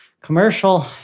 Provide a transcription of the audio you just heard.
commercial